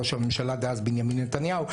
ראש הממשלה דאז בנימין נתניהו,